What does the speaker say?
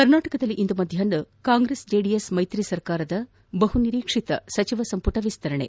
ಕರ್ನಾಟಕದಲ್ಲಿ ಇಂದು ಮಧ್ಗಾಪ್ನ ಕಾಂಗ್ರೆಸ್ ಜೆಡಿಎಸ್ ಮೈತ್ರಿ ಸರ್ಕಾರದ ಬಹು ನಿರೀಕ್ಷಿತ ಸಚಿವ ಸಂಪುಟ ಎಸ್ತರಣೆ